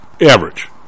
Average